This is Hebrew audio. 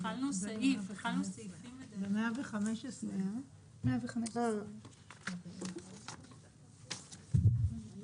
אנחנו עשינו שינוי בנוסח אבל אנחנו נגיע